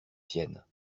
siennes